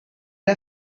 der